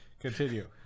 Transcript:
Continue